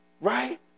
right